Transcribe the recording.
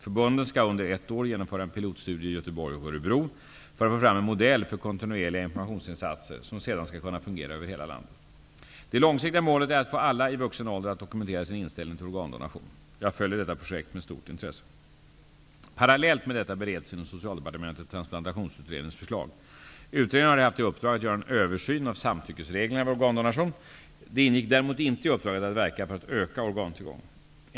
Förbunden skall under ett år genomföra en pilotstudie i Göteborg och Örebro för att få fram en modell för kontinuerliga informationsinsatser som sedan skall kunna fungera över hela landet. Det långsiktiga målet är att få alla i vuxen ålder att dokumentera sin inställning till organdonation. Jag följer detta projekt med stort intresse. Parallellt med detta bereds inom Socialdepartementet transplantationsutredningens förslag. Utredningen har haft i uppdrag att göra en översyn av samtyckesreglerna vid organdonation. Det ingick däremot inte i uppdraget att verka för att öka organtillgången.